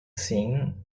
seen